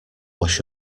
wash